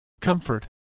comfort